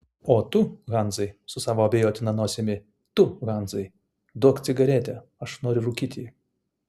o tu hansai su savo abejotina nosimi tu hansai duok cigaretę aš noriu rūkyti